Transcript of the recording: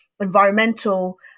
environmental